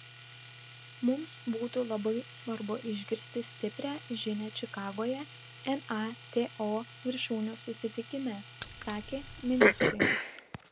mums būtų labai svarbu išgirsti stiprią žinią čikagoje nato viršūnių susitikime sakė ministrė